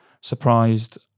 Surprised